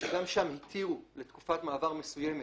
שם התירו לתקופת מעבר מסוימת,